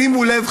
שימו לב,